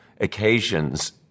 occasions